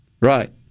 right